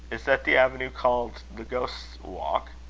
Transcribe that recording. is that the avenue called the ghost's walk?